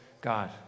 God